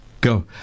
go